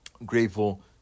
Grateful